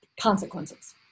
consequences